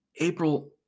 April